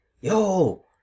Yo